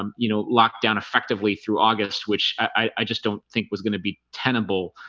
um you know locked down effectively through august, which i i just don't think was going to be tenable.